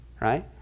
right